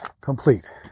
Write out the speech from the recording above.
complete